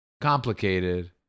complicated